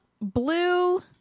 Blue